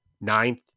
ninth